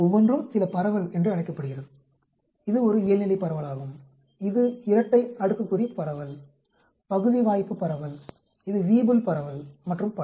ஒவ்வொன்றும் சில பரவல் என்று அழைக்கப்படுகிறது இது ஒரு இயல்நிலைப் பரவலாகும் இது இரட்டை அடுக்குக்குறி பரவல் பகுதி வாய்ப்பு பரவல் இந்த வீபுல் பரவல் மற்றும் பல